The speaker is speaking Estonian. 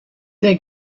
tee